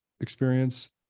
experience